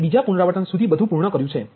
મેં બીજા પુનરાવર્તન સુધી બધુ પૂર્ણ કર્યું છે